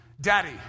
Daddy